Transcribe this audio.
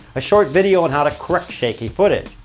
a short video on how to correct shaky footage.